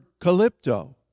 calypto